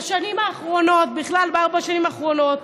בשנים האחרונות, בכלל בארבע השנים האחרונות,